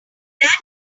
that